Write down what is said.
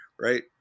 right